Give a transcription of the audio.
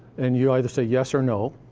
and you either say yes or no,